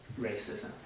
racism